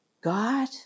God